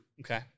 Okay